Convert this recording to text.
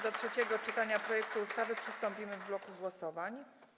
Do trzeciego czytania projektu ustawy przystąpimy w bloku głosowań.